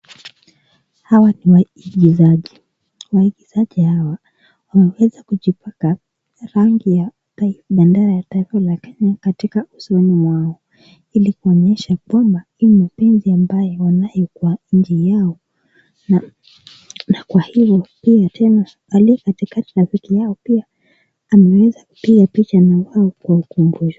Hawa ni waigizaji. Waigizaji hawa wameweza kujipaka rangi ya bendera ya taifa la Kenya katika usoni mwao ili kuonyesha kwamba ime mapenzi ambayo wanayo kwa nchi yao. Na na kwa hiyo pia tena aliye katikati na rafiki yao pia ameweza kupiga picha na wao kwa ukumbusho.